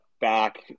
back